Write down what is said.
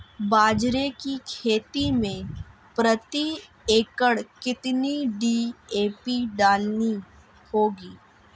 बाजरे की खेती में प्रति एकड़ कितनी डी.ए.पी डालनी होगी?